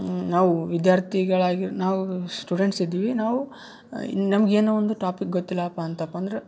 ನಾವು ವಿದ್ಯಾರ್ಥಿಗಳಾಗಿ ನಾವು ಸ್ಟೂಡೆಂಟ್ಸ್ ಇದ್ವಿ ನಾವು ನಮ್ಗೆ ಏನೋ ಒಂದು ಟಾಪಿಕ್ ಗೊತ್ತಿಲ್ಲಪ್ಪ ಅಂತಪ್ಪ ಅಂದ್ರೆ